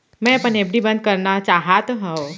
मै अपन एफ.डी बंद करना चाहात हव